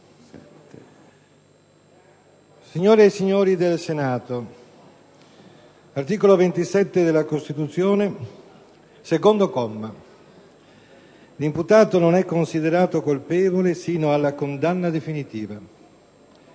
Signore e signori del Senato, l'articolo 27 della Costituzione, secondo comma, recita: «L'imputato non è considerato colpevole sino alla condanna definitiva».